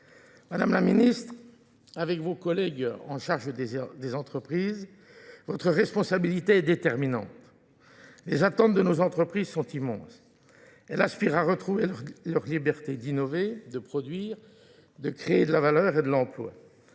Madame la Ministre, avec vos collègues en charge des entreprises, votre responsabilité est déterminante. Les attentes de nos entreprises sont immenses. Elles aspirent à retrouver leur liberté d'innover, de produire, de créer de la valeur et de l'emploi.